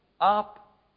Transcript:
up